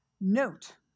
Note